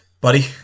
Buddy